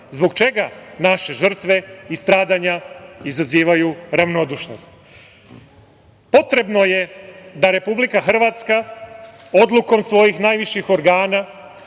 Zbog čega naše žrtve i stradanja izazivaju ravnodušnost? Potrebno je da Republika Hrvatska odlukom svojih najviših organa